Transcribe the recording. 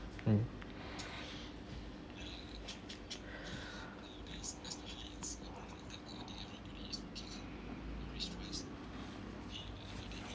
mm